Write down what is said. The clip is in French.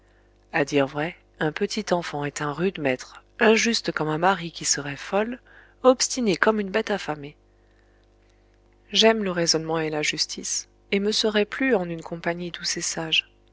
à dire vrai un petit enfant est un rude maître injuste comme un mari qui serait fol obstiné comme une bête affamée j'aime le raisonnement et la justice et me serais plue en une compagnie douce et sage